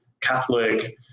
Catholic